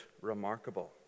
remarkable